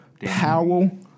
Powell